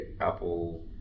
apple